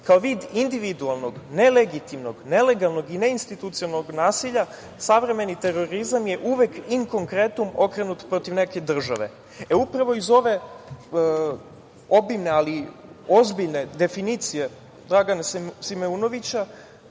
Kao vid individualnog, ne legitimnog, nelegalnog i ne institucionalnog nasilja savremeni terorizam je uvek okrenut protiv neke države. Upravo iz ove obimne ali i ozbiljne definicije Dragana Simeunovića,